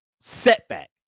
setback